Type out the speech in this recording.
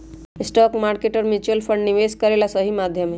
stock market और mutual fund निवेश करे ला सही माध्यम हई